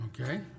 Okay